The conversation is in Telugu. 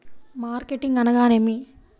మార్కెటింగ్ అనగానేమి?